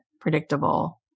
predictable